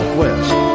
west